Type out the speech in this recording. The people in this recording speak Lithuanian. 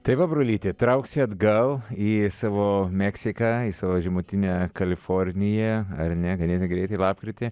tai va brolyti trauksi atgal į savo meksiką į savo žemutinę kaliforniją ar ne ganėtinai greitai lapkritį